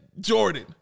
Jordan